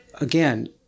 again